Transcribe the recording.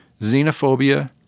xenophobia